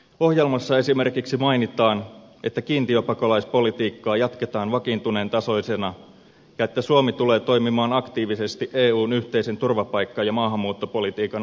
ohjelmassa esimerkiksi mainitaan että kiintiöpakolaispolitiikkaa jatketaan vakiintuneen tasoisena ja että suomi tulee toimimaan aktiivisesti eun yhteisen turvapaikka ja maahanmuuttopolitiikan aikaansaamiseksi